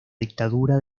dictadura